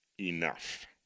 enough